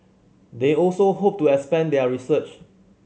they also hope to expand their research